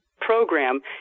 Program